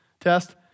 Test